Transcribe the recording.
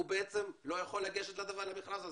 הוא בעצם לא יכול לגשת למכרז הזה.